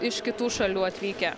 iš kitų šalių atvykę